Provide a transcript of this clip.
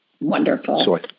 Wonderful